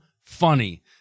funny